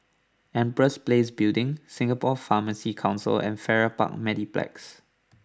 Empress Place Building Singapore Pharmacy Council and Farrer Park Mediplex